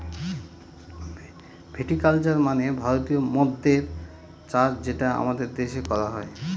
ভিটি culture মানে ভারতীয় মদ্যের চাষ যেটা আমাদের দেশে করা হয়